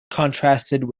contrasted